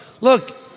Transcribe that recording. Look